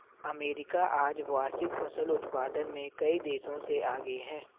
America आज वार्षिक फसल उत्पादन में कई देशों से आगे है